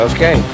Okay